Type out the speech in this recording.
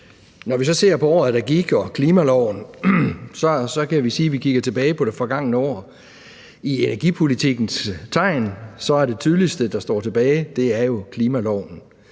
Når vi så ser på året, der gik, og klimaloven, så kan vi sige, at vi kigger tilbage på det forgangne år. I energipolitikkens tegn er det tydeligste, der står tilbage, jo klimaloven.